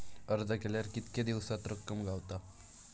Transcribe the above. अर्ज केल्यार कीतके दिवसात रक्कम गावता?